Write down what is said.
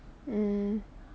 mm